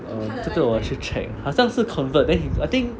uh 这个我要去 check 好像是 convert then he I think